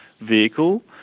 vehicle